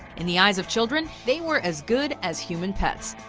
in the eyes of children, they were as good as human pets,